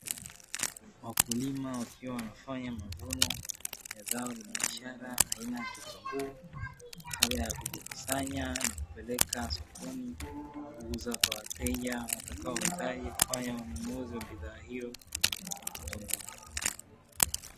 Wakulima wakiwa wanafanya mavuno ya zao la biashara aina ya kitunguu, kabla ya kuvikusanya na kupeleka sokoni kuuza kwa wateja watakaohitaji kufanya manunuzi ya bidhaa hiyo ya kitunguu.